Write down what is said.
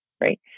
right